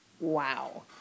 Wow